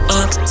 up